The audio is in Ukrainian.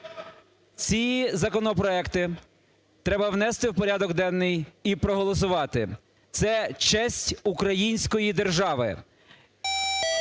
Ці законопроекти треба внести в порядок денний і проголосувати, це честь української держави.